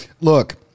Look